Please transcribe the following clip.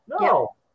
No